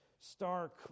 stark